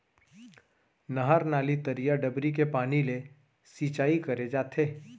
नहर, नाली, तरिया, डबरी के पानी ले सिंचाई करे जाथे